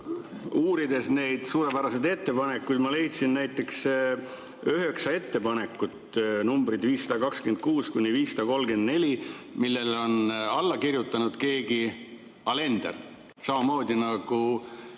Uurides neid suurepäraseid ettepanekuid, leidsin ma näiteks üheksa ettepanekut, numbriga 526–534, millele on alla kirjutanud keegi Alender, samamoodi nagu